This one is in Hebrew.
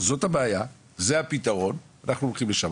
זאת הבעיה, זה הפתרון, אנחנו הולכים לשם.